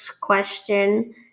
question